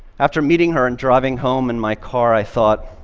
after meeting her and driving home in my car, i thought,